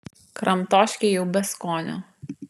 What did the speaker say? kramtoškė jau be skonio